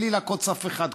בלי לעקוץ אף אחד,